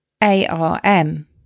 ARM